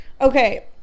okay